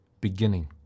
beginning